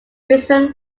reason